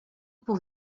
pour